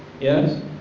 Yes